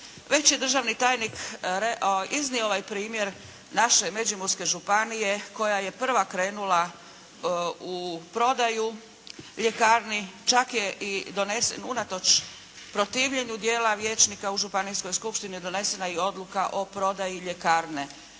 Već je državni tajnik iznio ovaj primjer naše Međimurske županije koja je prva krenula u prodaju ljekarni. Čak je unatoč protivljenju dijela vijećnika u županijskoj skupštini donesena i odluka o prodaji ljekarne.